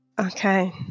Okay